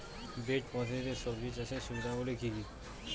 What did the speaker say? Bed পদ্ধতিতে সবজি চাষের সুবিধাগুলি কি কি?